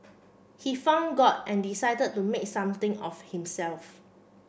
he found God and decided to make something of himself